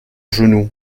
genou